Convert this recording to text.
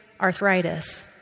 arthritis